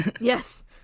Yes